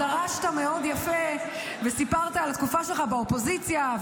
דרשת מאוד יפה וסיפרת על התקופה שלך באופוזיציה,